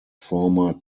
former